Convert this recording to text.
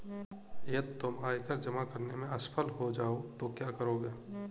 यदि तुम आयकर जमा करने में असफल हो जाओ तो क्या करोगे?